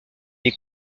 les